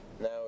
now